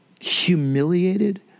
humiliated